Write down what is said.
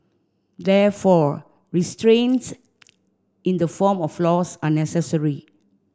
therefore restraints in the form of laws are necessary